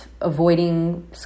avoiding